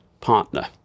partner